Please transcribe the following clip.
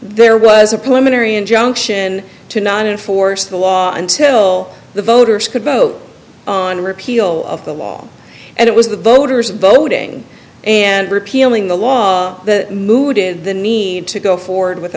there was a preliminary injunction to not enforce the law until the voters could vote on repeal of the law and it was the voters voting and repealing the law the mooted the need to go forward with